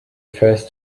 first